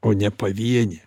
o ne pavienė